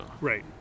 Right